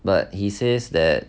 but he says that